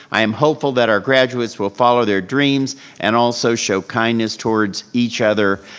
i am hopeful that our graduates will follow their dreams and also show kindness towards each other,